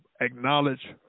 acknowledge